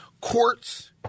courts